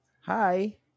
Hi